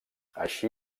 així